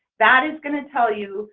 that is going to tell you